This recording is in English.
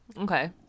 Okay